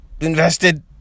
invested